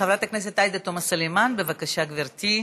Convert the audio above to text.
חברת הכנסת עאידה תומא סלימאן, בבקשה, גברתי.